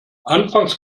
anfangs